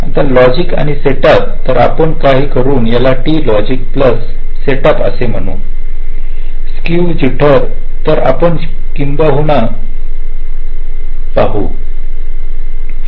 आता लॉजिक आणि सेटअप तर आपण एक करून याला टी लॉजिक प्लस सेटअप असे म्हणू स्क्क्यू जिटर तर आपण किंबाईन करू